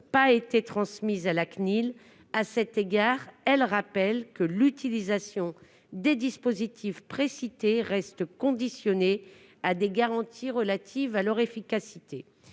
publication de cet avis. À cet égard, elle rappelle que « l'utilisation des dispositifs précités reste conditionnée à des garanties relatives à leur efficacité